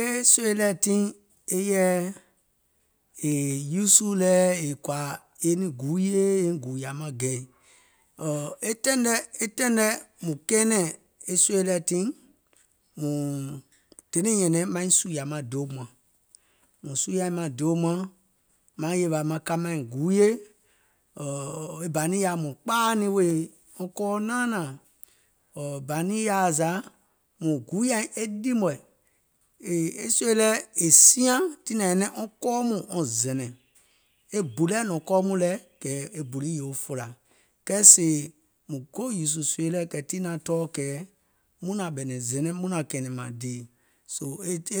E sòì tiŋ è uusù lɛ è kɔ̀ȧ eiŋ niŋ guuyè eiŋ niŋ gùùyȧ maŋ gɛ̀i, e taìŋ nɛ mùŋ kɛɛnɛ̀ŋ e sòi lɛɛ̀ tiŋ mùŋ donȧiŋ nyɛ̀nɛ̀ŋ maiŋ sùùyȧ maŋ deèum mȧŋ. Mùŋ sùȧiŋ maŋ deèum mȧŋ maŋ yèwȧ maŋ ka maiŋ guuyè, e bȧ niŋ yaà mùŋ kpaaì nìŋ wèè kɔɔ naanȧȧŋ, bȧ niŋ yaàa zȧ mùŋ guuyà nìŋ ɗì mɔ̀ɛ̀, è è e sòi lɛɛ̀ è siaŋ tiŋ nȧŋ nyɛnɛŋ wɔŋ kɔɔ mɔɔ̀ŋ wɔŋ zɛ̀nɛ̀ŋ, e bù lɛ nɔ̀ŋ kɔɔ mɔɔ̀ŋ lɛ kɛ̀ e bù lii yòo fòlȧ, kɛɛ sèè mùŋ go ùùsù è sòì lɛɛ̀ kɛ̀ tii naŋ tɔɔ̀ kɛ̀ muŋ naȧŋ ɓɛ̀ŋɛ̀ŋ zɛ̀nɛŋ muŋ naȧŋ kɛ̀ɛ̀nɛ̀ŋ mȧŋ dèè, soo e e